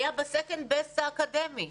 היה ב-second best האקדמי,